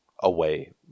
away